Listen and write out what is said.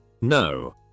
No